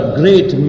great